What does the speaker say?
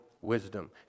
Wisdom